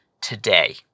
today